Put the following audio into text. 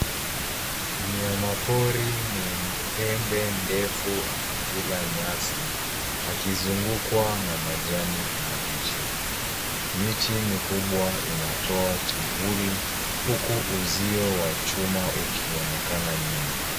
Mnyamapori mwenye pembe ndefu anakula nyasi ,akizungukwa na majani mabichi. Miti mikubwa inatoa kivuli huku uzio wa chuma ukionekana nyuma.